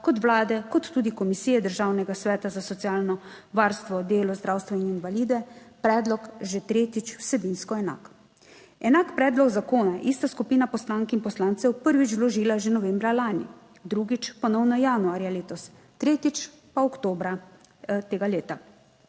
kot Vlade kot tudi Komisije Državnega sveta za socialno varstvo, delo, zdravstvo in invalide, predlog že tretjič vsebinsko enak. Enak predlog zakona je ista skupina poslank in poslancev prvič vložila že novembra lani, drugič ponovno januarja letos, tretjič pa oktobra tega leta.